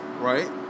Right